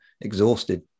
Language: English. exhausted